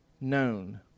known